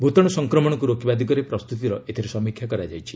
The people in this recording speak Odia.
ଭୂତାଣୁ ସଂକ୍ରମଣକ୍ତ ରୋକିବା ଦିଗରେ ପ୍ରସ୍ତତିର ଏଥିରେ ସମୀକ୍ଷା କରାଯାଇଛି